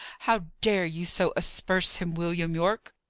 how dare you so asperse him, william yorke?